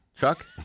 chuck